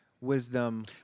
wisdom